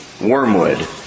Wormwood